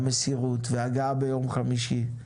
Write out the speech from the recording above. בזכות חברי הוועדה והענייניות והמסירות וההגעה ביום חמישי.